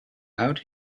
out